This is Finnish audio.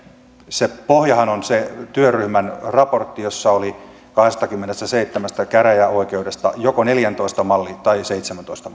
se pohjahan on se työryhmän raportti jossa oli kahdestakymmenestäseitsemästä käräjäoikeudesta joko neljäntoista malli tai seitsemäntoista